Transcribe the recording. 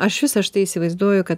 aš jus aš tai įsivaizduoju kad